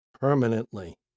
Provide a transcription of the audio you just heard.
permanently